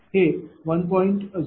हे 1